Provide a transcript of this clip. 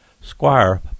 squire